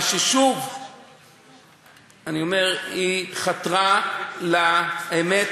ושוב אני אומר: היא חתרה לאמת,